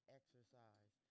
exercise